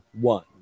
one